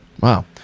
Wow